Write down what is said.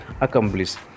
accomplished